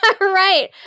right